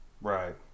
Right